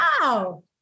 Wow